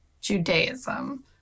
Judaism